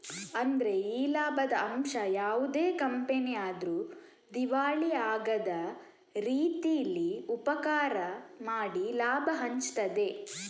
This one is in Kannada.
ಅಂದ್ರೆ ಈ ಲಾಭದ ಅಂಶ ಯಾವುದೇ ಕಂಪನಿ ಆದ್ರೂ ದಿವಾಳಿ ಆಗದ ರೀತೀಲಿ ಉಪಕಾರ ಮಾಡಿ ಲಾಭ ಹಂಚ್ತದೆ